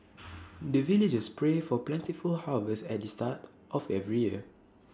the villagers pray for plentiful harvest at the start of every year